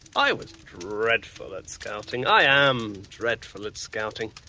i was dreadful at scouting. i am dreadful at scouting.